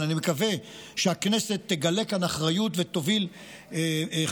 אבל אני מקווה שהכנסת תגלה כאן אחריות ותוביל חקיקה